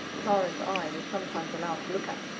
clara and i were sometimes allowed to look at,